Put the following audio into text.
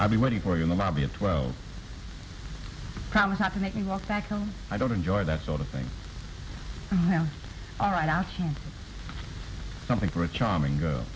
i'll be waiting for you in the lobby at twelve promise not to make me walk back home i don't enjoy that sort of thing now i'll write out something for a charming girl